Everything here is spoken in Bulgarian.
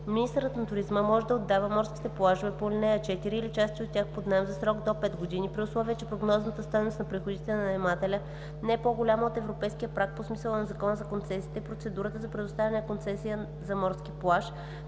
Министърът на туризма може да отдава морските плажове по ал. 4 или части от тях под наем за срок до 5 години, при условие че прогнозната стойност на приходите на наемателя не е по-голяма от европейския праг по смисъла на Закона за концесиите и процедурата за предоставяне на концесия за морския плаж